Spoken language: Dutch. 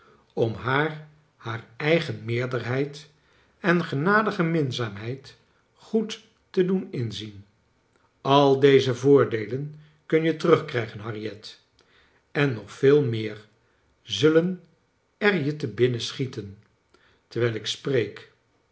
om haar haar eigen meerderheid en genadige minzaamheid goed te doen inzien al deze voordeelen kun je terugkrijgen harriet en nog veel meer zullen er je te binnen schieten terwijl ik spreek